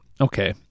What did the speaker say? okay